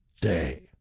day